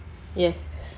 yes